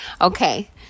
okay